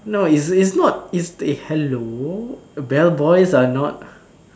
no is is not is hello bellboys are not